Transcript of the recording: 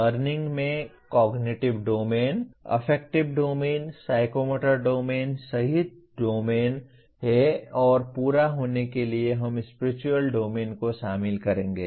learning में cognitive domain affective domain psychomotor domain सहित domain हैं और पूरा होने के लिए हम स्पिरिचुअल डोमेन को शामिल करेंगे